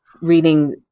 reading